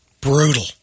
Brutal